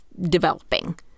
developing